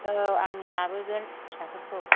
औ आं लाबोगोन फिसाफोरखौ